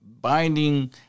binding